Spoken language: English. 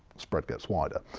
spread gets wider.